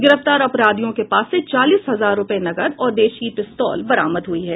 गिरफ्तार अपराधियों के पास से चालीस हजार रुपये नकद और देशी पिस्तौल बरामद हुई है